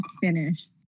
finish